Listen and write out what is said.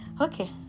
okay